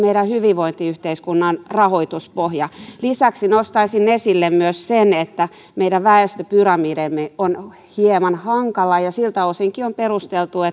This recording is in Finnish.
meidän hyvinvointiyhteiskunnan rahoituspohja lisäksi nostaisin esille myös sen että meidän väestöpyramidimme on hieman hankala ja ja siltäkin osin on perusteltua